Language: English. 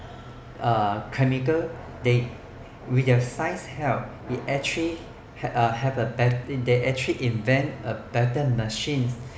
uh chemical they with the science help it actually have uh have a bet~ they actually invent a better machine